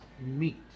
meat